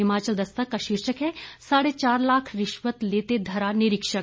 हिमाचल दस्तक का शीर्षक है साढ़े चार लाख रिश्वत लेते धरा निरीक्षक